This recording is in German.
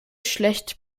schlecht